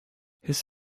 his